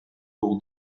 pour